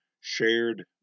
Shared